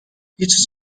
هیچ